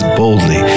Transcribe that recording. boldly